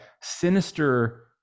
sinister